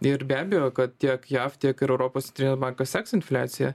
ir be abejo kad tiek jav tiek ir europos centrinis bankas seks infliaciją